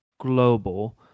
global